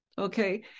Okay